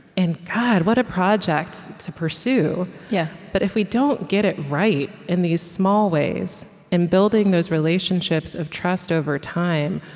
and god, what a project to pursue. yeah but if we don't get it right in these small ways, and building those relationships of trust over time,